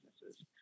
businesses